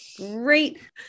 great